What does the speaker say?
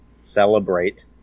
celebrate